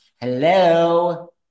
Hello